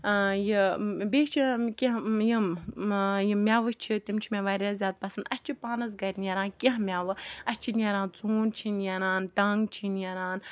یہِ بیٚیہِ چھُ کینٛہہ یِم یِم میٚوٕ چھِ تِم چھِ مےٚ واریاہ زیادٕ پَسَنٛد اَسہِ چھُ پانَس گَرِ نیران کینٛہہ میٚوٕ اَسہِ چھِ نیران ژوٗنٛٹھۍ چھِ نیران ٹَنٛگ چھِ نیران